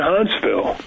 Huntsville